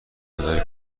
گذاری